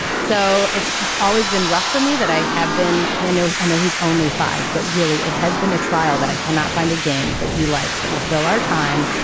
so it's always been rough for me that i have been a. i know he's only five, but really it has been a trial that i cannot find a game that he likes that will fill our time.